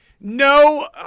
No